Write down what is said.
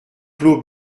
clos